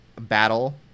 battle